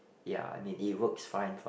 ya I mean it works fine for